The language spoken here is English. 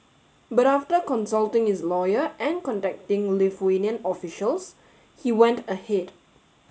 but after consulting his lawyer and contacting Lithuanian officials he went ahead